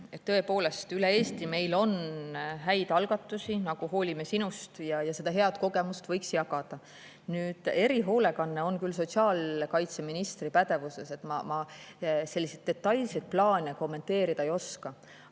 Tõepoolest, üle Eesti meil on häid algatusi, nagu Me Hoolime Sinust, ja seda head kogemust võiks jagada. Erihoolekanne on küll sotsiaalkaitseministri pädevuses, ma selliseid detailseid plaane kommenteerida ei oska.